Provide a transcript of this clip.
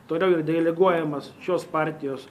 toliau jau deleguojamas šios partijos